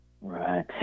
Right